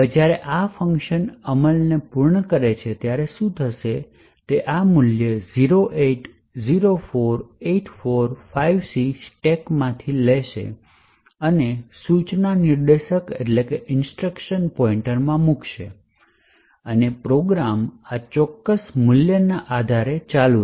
જ્યારે આ ફંકશન અમલને પૂર્ણ કરે છે ત્યારે શું થશે તે આ મૂલ્ય 0804845c સ્ટેકમાંથી લેવામાં આવશે અને સૂચના નિર્દેશક માં મૂકવામાં આવે છે અને પ્રોગ્રામ આ ચોક્કસ મૂલ્યના આધારે ચાલુ રહેશે